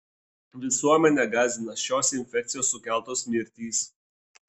visuomenę gąsdina šios infekcijos sukeltos mirtys